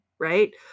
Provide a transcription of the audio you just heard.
right